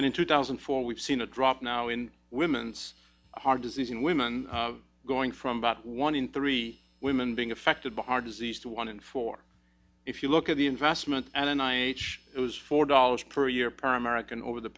and in two thousand and four we've seen a drop now in women's heart disease in women going from about one in three women being affected by heart disease to one in four if you look at the investment and then i was four dollars per year per american over the